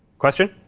question?